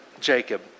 Jacob